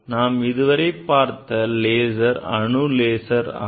நாம் இதுவரை பார்த்த லேசர் அணு லேசர் ஆகும்